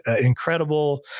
incredible